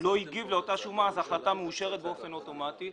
ההחלטה מאושרת באופן אוטומטי.